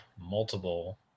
multiple